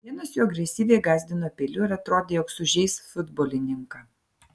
vienas jų agresyviai gąsdino peiliu ir atrodė jog sužeis futbolininką